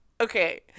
Okay